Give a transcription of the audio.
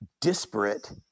disparate